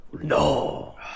No